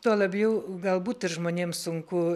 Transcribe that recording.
tuo labiau galbūt ir žmonėms sunku